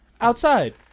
outside